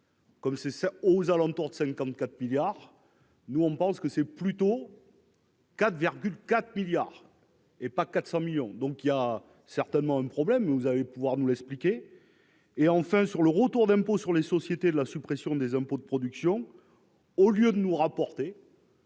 Comme c'est ça aux alentours de 54 milliards nous on pense que c'est plutôt. 4 4 milliards. Et pas 400 millions donc il y a certainement un problème, vous avez le pouvoir nous l'expliquer, et enfin sur le retour d'impôt sur les sociétés de la suppression des impôts de production. Au lieu de nous rapporter.